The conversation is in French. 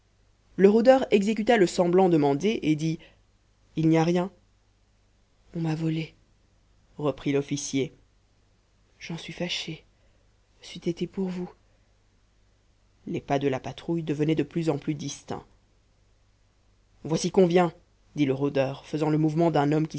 le rôdeur exécuta le semblant demandé et dit il n'y a rien on m'a volé reprit l'officier j'en suis fâché c'eût été pour vous les pas de la patrouille devenaient de plus en plus distincts voici qu'on vient dit le rôdeur faisant le mouvement d'un homme